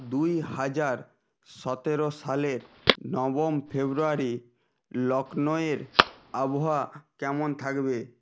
দুই হাজার সতেরো সালের নবম ফেব্রুয়ারি লখনৌয়ের আবহাওয়া কেমন থাকবে